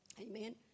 Amen